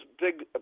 big